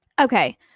Okay